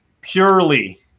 purely